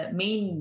main